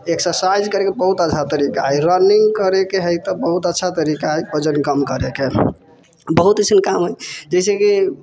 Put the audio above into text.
exercise करयके बहुत अच्छा तरीका है रनिङ्ग करयके हइ तऽ बहुत अच्छा तरीका हइ वजन कम करयके बहुत अइसन काम हइ जैसेकि